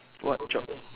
what job